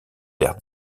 der